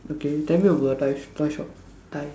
okay tell me about Thai Thai shop Thai